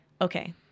okay